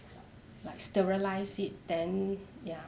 like sterilise it then ya